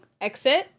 exit